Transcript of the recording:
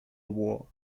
war